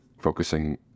focusing